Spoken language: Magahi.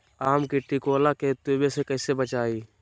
आम के टिकोला के तुवे से कैसे बचाई?